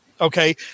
Okay